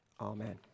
Amen